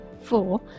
Four